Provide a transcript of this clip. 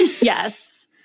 Yes